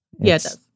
Yes